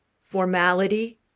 formality